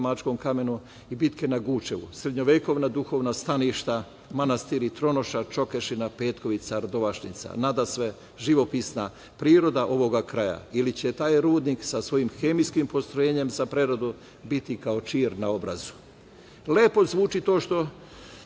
Mačkovom kamenu i bitke na Gučevu, srednjovekovna duhovna staništa manastiri Tronošac, Čokešina, Petkovica, Ardovašnica, nadasve živopisna priroda ovog kraja ili će taj rudnik sa svojim hemijskim postrojenjem za preradu biti kao čir na obrazu. Lepo zvuči to što